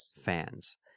fans